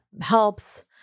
helps